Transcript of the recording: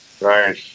Right